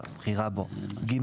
(ג)